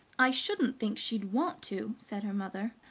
i shouldn't think she'd want to, said her mother.